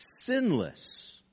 sinless